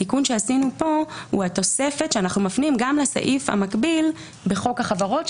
התיקון שעשינו פה הוא התוספת שאנחנו מפנים גם לסעיף המקביל בחוק החברות,